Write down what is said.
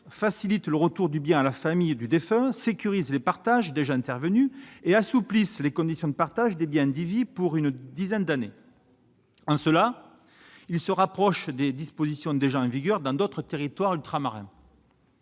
facilitent le retour du bien à la famille du défunt, sécurisent les partages déjà intervenus et assouplissent les conditions de partage des biens indivis pour une dizaine d'années. En cela, ils se rapprochent des dispositions déjà en vigueur dans d'autres territoires ultramarins.